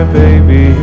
baby